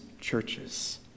churches